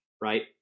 right